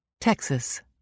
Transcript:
Texas